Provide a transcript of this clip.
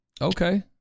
okay